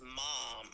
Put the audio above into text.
mom